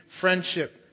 friendship